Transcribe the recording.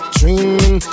dreaming